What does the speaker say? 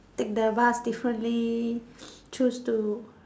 take the bus differently choose to